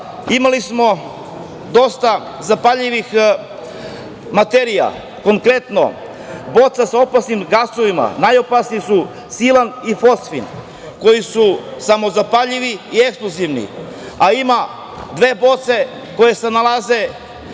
imali smo dosta zapaljivih materija. Konkretno, boca sa opasnim gasovima, najopasniji su ksilan i fosfin, koji su samozapaljivi i eksplozivni, a ima dve boce koje se nalaze